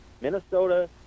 Minnesota